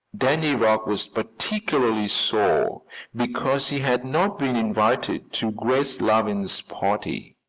danny rugg was particularly sore because he had not been invited to grace lavine's party.